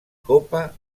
copa